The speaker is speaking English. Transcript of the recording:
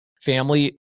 family